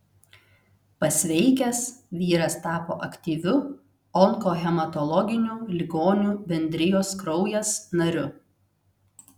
pasveikęs vyras tapo aktyviu onkohematologinių ligonių bendrijos kraujas nariu